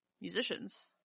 musicians